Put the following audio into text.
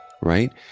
right